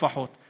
לפחות.